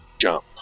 jump